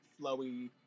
flowy